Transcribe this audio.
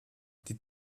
die